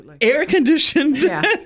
air-conditioned